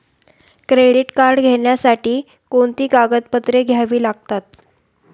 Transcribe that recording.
Credit card घेण्यासाठी कोणती कागदपत्रे घ्यावी लागतात?